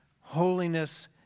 holiness